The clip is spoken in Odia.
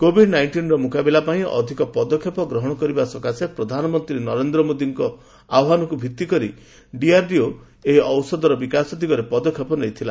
କୋଭିଡ୍ ନାଇଷ୍ଟିନ୍ର ମୁକାବିଲା ପାଇଁ ଅଧିକ ପଦକ୍ଷେପ ଗ୍ରହଣ ସକାଶେ ପ୍ରଧାନମନ୍ତ୍ରୀ ନରେନ୍ଦ୍ର ମୋଦୀଙ୍କ ଆହ୍ୱାନକୁ ଭିତ୍ତି କରି ଡିଆର୍ଡିଓ ଏହି ଔଷଧର ବିକାଶ ଦିଗରେ ପଦକ୍ଷେପ ନେଇଥିଲା